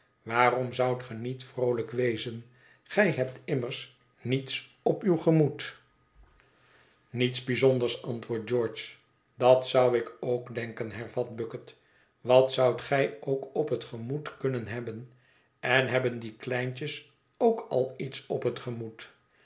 waarom zoudt ge niet vroolijk wezen gij hebt immers niets op uw gemoed niets bijzonders antwoordt george dat zou ik ook denken hervat bucket wat zoudt gij ook op het gemoed kunnen hebben en hebben die kleintjes ook al iets op het gemoed